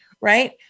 Right